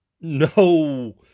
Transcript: no